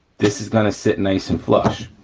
this is gonna sit nice and flush,